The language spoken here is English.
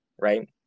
right